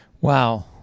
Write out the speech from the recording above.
Wow